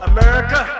America